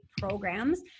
programs